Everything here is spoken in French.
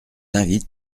invite